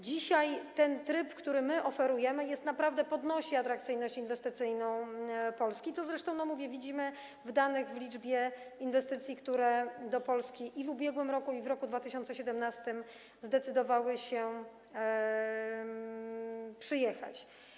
Dzisiaj ten tryb, który my oferujemy, naprawdę podnosi atrakcyjność inwestycyjną Polski, co zresztą widzimy w danych, w liczbie inwestycji, które do Polski w ubiegłym roku i w roku 2017 zdecydowały się przyjechać.